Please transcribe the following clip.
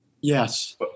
Yes